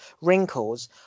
wrinkles